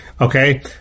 okay